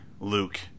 Luke